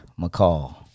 McCall